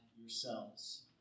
yourselves